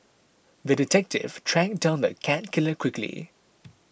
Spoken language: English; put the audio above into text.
the detective tracked down the cat killer quickly